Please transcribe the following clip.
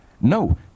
No